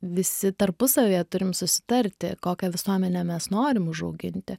visi tarpusavyje turim susitarti kokią visuomenę mes norim užauginti